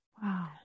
Wow